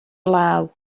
law